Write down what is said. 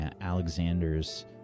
Alexander's